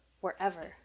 wherever